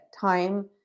time